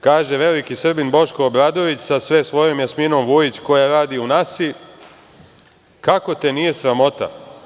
Kaže veliki Srbin Boško Obradović sa sve svojom Jasminom Vujić, koja radi u NASI: „Kako te nije sramota?